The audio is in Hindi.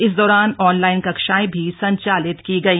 इस दौरान ऑनलाइन कक्षाएं भी संचालित की गई